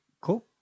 Cool